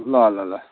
ल ल ल